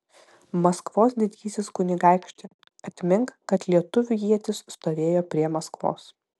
maskvos didysis kunigaikšti atmink kad lietuvių ietis stovėjo prie maskvos